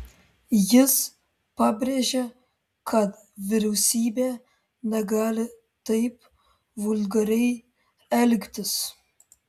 jis pabrėžė kad vyriausybė negali taip vulgariai elgtis